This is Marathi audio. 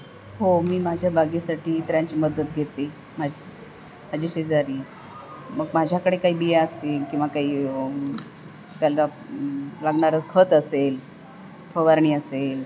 हो मी माझ्या बागेसाठी इतरांची मदत घेते माझं माझी शेजारी मग माझ्याकडे काही बिया असतील किंवा काही त्याला लागणारं खत असेल फवारणी असेल